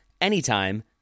anytime